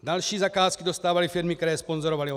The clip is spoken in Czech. Další zakázky dostávaly firmy, které sponzorovaly ODS.